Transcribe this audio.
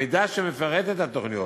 המידע שמפרט את התוכניות,